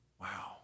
Wow